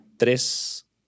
Tres